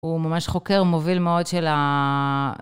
הוא ממש חוקר מוביל מאוד של ה...